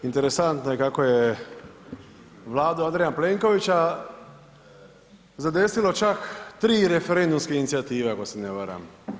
Interesantno je kako je Vladu Andreja Plenkovića zadesilo čak 3 referendumske inicijative ako se ne varam.